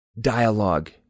dialogue